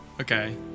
okay